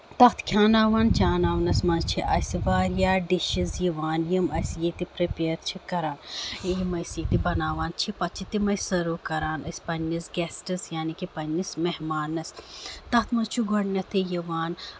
تَتھ کھٮ۪واناوان چاوناوانَس منٛز چھِ اسہِ واریاہ ڈِشِز یِوان یِم اَسہِ ییٚتہِ پریپِیر چھِ کران یِم أسۍ ییٚتہِ بَناوان چھِ پَتہٕ چھِ تِم سٔرٔو کران أسۍ پَنٕنِس گیسٹس یعنے کہِ پَنٕنِس میٚہمانَس تَتھ منٛز چھُ گۄڈٕنیتھٕے یِوان